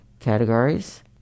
categories